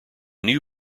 new